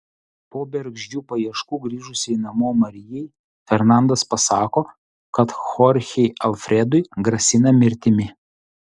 po bergždžių paieškų grįžusiai namo marijai fernandas pasako kad chorchei alfredui grasina mirtimi